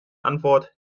antwort